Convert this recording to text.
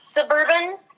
suburban